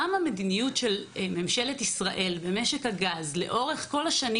גם המדיניות של ממשלת ישראל ומשק הגז לאורך השנים